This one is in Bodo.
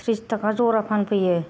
थ्रिसथाखा जरा फानफैयो